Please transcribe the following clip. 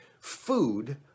food